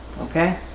Okay